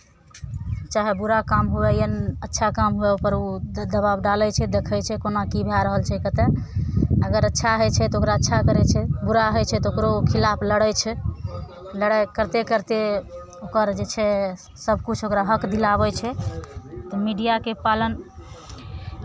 चाहे बुरा काम हुए या अच्छा काम हुए ओकर ओ दबाव डालै छै देखै छै कोना की भए रहल छै कतय अगर अच्छा होइ छै तऽ ओकरा अच्छा करै छै बुरा होइ छै तऽ ओकरो खिलाफ लड़ै छै लड़ाइ करिते करिते ओकर जे छै सभकुछ ओकरा हक दिलाबै छै तऽ मीडियाके पालन